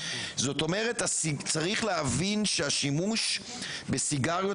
זאת אומרת צריך להבין שהשימוש בסיגריות